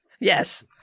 Yes